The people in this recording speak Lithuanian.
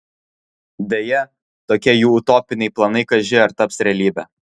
deja tokie jų utopiniai planai kaži ar taps realybe